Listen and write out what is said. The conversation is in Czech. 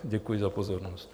Děkuji za pozornost.